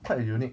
quite unique